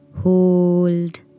hold